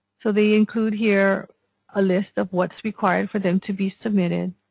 so they include here a list of what's required for them to be submitted